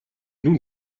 nous